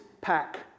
pack